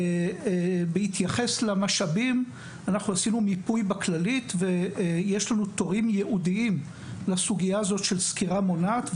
עשינו מיפוי בכללית ויש לנו תורים ייעודיים לסוגיה הזה של סקירה מונעת.